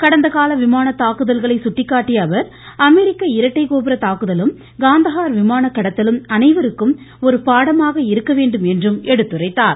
கடந்த கால விமான தாக்குதல்களை சுட்டிக்காட்டிய அவர் அமெரிக்க இரட்டை கோபுர தாக்குதலும் காந்தகார் விமான கடத்தலும் அனைவருக்கும் ஒரு பாடமாக இருக்க வேண்டும் என்று எடுத்துரைத்தார்